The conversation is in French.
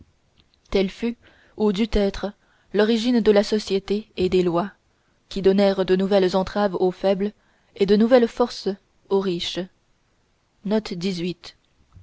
telle fut ou dut être l'origine de la société et des lois qui donnèrent de nouvelles entraves au faible et de nouvelles forces au riche